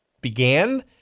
began